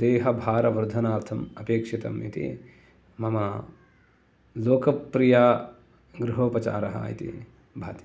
देहभारवर्धनार्थं अपेक्षितं इति मम लोकप्रिया गृहोपचारः इति भाति